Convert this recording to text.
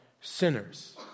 sinners